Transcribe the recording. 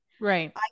Right